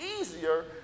easier